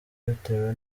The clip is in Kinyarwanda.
bitewe